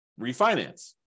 refinance